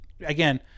again –